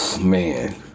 man